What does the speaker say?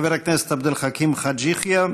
חבר הכנסת עבד אל חכים חאג' יחיא,